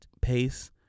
pace